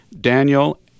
Daniel